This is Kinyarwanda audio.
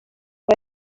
ubu